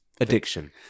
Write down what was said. addiction